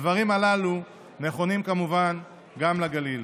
הדברים הללו נכונים, כמובן, גם לגליל.